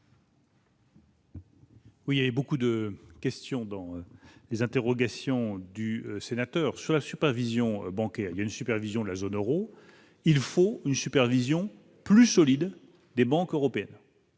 Oui, il y avait beaucoup de questions dans les interrogations du sénateur sur la supervision bancaire il y a une supervision de la zone Euro, il faut une supervision plus solide des banques européennes.